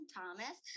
Thomas